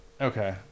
Okay